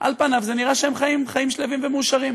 על פניו זה נראה שהם חיים חיים שלווים ומאושרים,